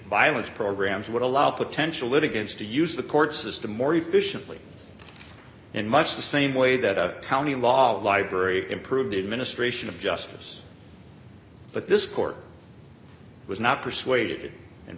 violence programs would allow potential litigants to use the court system more efficiently in much the same way that a county law library improved the administration of justice but this court was not persuaded